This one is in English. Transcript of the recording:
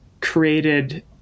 created